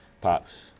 Pops